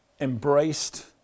embraced